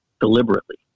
deliberately